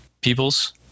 peoples